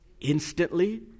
instantly